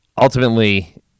ultimately